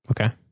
Okay